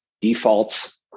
defaults